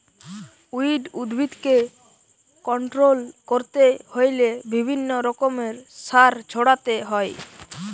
weed উদ্ভিদকে control করতে হইলে বিভিন্ন রকমের সার ছড়াতে হয়